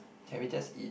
can we just eat